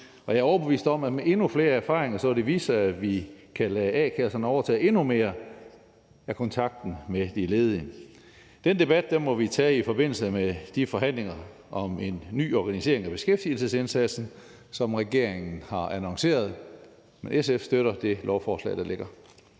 Jeg er overbevist om, at med endnu flere erfaringer vil det vise sig, at vi kan lade a-kasserne overtage endnu mere af kontakten med de ledige. Den debat må vi tage i forbindelse med de forhandlinger om en ny organisering af beskæftigelsesindsatsen, som regeringen har annonceret. Men SF støtter det lovforslag, der ligger